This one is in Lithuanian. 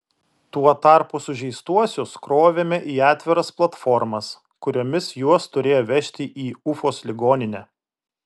tuo tarpu sužeistuosius krovėme į atviras platformas kuriomis juos turėjo vežti į ufos ligoninę